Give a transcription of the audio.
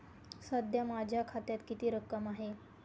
सध्या माझ्या खात्यात किती रक्कम आहे?